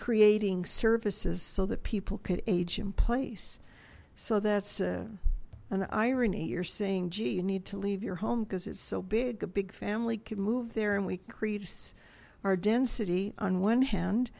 creating services so that people could age in place so that's a an irony you're saying gee you need to leave your home because it's so big a big family can move there and we crete our density on one hand